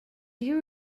you